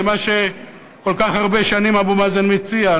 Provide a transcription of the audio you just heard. זה מה שכל כך הרבה שנים אבו מאזן מציע.